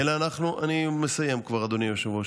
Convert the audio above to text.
אני כבר מסיים, אדוני היושב-ראש.